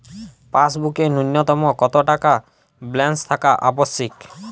পাসবুকে ন্যুনতম কত টাকা ব্যালেন্স থাকা আবশ্যিক?